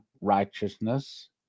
righteousness